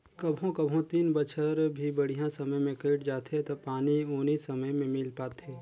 कभों कभों तीन बच्छर भी बड़िहा समय मे कइट जाथें त पानी उनी समे मे मिल पाथे